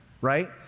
Right